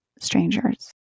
strangers